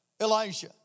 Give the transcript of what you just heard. Elijah